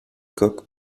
coques